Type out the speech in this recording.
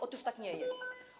Otóż tak nie jest.